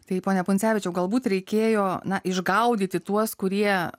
taip pone pundzevičių galbūt reikėjo na išgaudyti tuos kurie